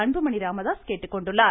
அன்புமணி ராமதாஸ் கேட்டுக்கொண்டுள்ளார்